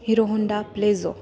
Hero Honda pleasure